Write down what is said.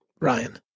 Ryan